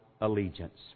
allegiance